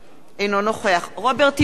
אינו נוכח רוברט טיבייב,